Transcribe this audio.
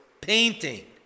painting